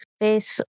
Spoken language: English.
face